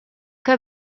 que